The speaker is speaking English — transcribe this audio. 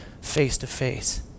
face-to-face